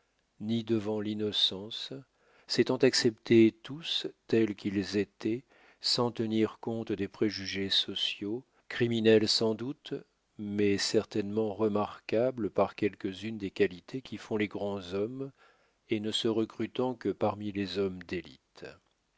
ni devant l'innocence s'étant acceptés tous tels qu'ils étaient sans tenir compte des préjugés sociaux criminels sans doute mais certainement remarquables par quelques-unes des qualités qui font les grands hommes et ne se recrutant que parmi les hommes d'élite